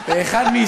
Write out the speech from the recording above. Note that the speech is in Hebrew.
חבר